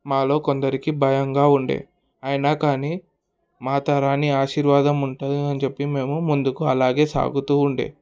మాలో కొందరికి భయంగా ఉండే అయినా కానీ మాతారాణి ఆశీర్వాదం ఉంటుంది అని చెప్పి మేము ముందుకు అలాగే సాగుతూ ఉండే